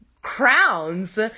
crowns